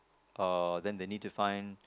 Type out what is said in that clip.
uh then they need to find